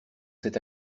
cette